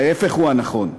ההפך הוא הנכון.